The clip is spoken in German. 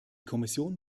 kommission